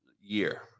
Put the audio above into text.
year